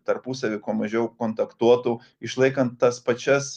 tarpusavy kuo mažiau kontaktuotų išlaikant tas pačias